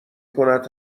کند